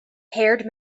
haired